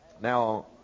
Now